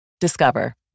Discover